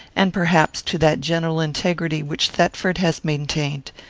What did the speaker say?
and, perhaps, to that general integrity, which thetford has maintained?